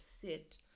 sit